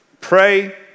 Pray